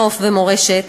נוף ומורשת,